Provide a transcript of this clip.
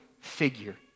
figure